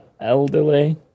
Elderly